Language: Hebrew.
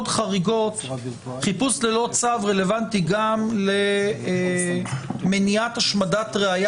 חריגות חיפוש ללא צו רלוונטי גם למניעת השמדת ראיה